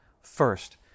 First